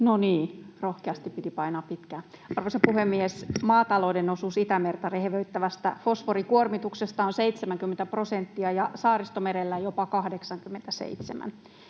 hallinnonala Time: 17:26 Content: Arvoisa puhemies! Maatalouden osuus Itämerta rehevöittävästä fosforikuormituksesta on 70 prosenttia ja Saaristomerellä jopa 87.